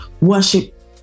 Worship